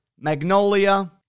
Magnolia